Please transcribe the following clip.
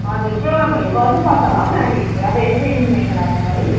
हजुर प्रोगामहरू गर्नुपर्छ होला हौ नानीहरूको अब यसो इन्जोयको लागि पनि